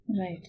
Right